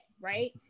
Right